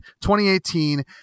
2018